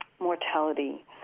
mortality